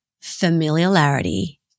familiarity